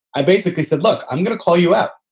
i basically said, look, i'm going to call you up.